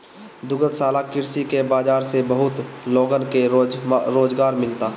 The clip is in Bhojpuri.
दुग्धशाला कृषि के बाजार से बहुत लोगन के रोजगार मिलता